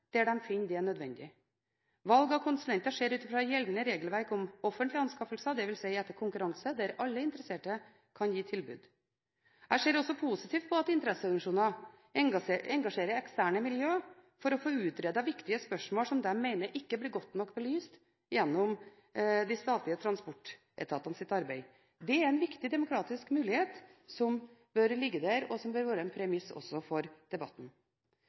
der de finner det nødvendig. Valg av konsulenter skjer ut fra gjeldende regelverk om offentlige anskaffelser, dvs. etter konkurranse, der alle interesserte kan gi tilbud. Jeg ser også positivt på at interesseorganisasjoner engasjerer eksterne miljøer for å få utredet viktige spørsmål som de mener ikke blir godt nok belyst gjennom de statlige transportetatenes arbeid. Det er en viktig demokratisk mulighet som bør ligge der, og som bør være en premiss også for debatten.